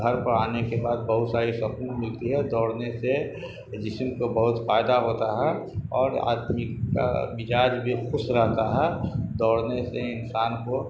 گھر پر آنے کے بعد بہت ساری سکون ملتی ہے دوڑنے سے جسم کو بہت فائدہ ہوتا ہے اور آدمی کا مزاج بھی خوش رہتا ہے دوڑنے سے انسان کو